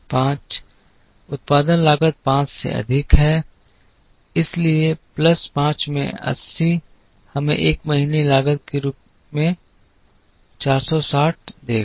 5 उत्पादन लागत 5 से अधिक है इसलिए प्लस 5 में 80 हमें एक महीने की लागत के रूप में 460 देगा